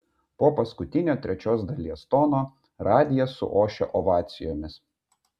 po paskutinio trečios dalies tono radijas suošia ovacijomis